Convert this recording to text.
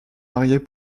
mariés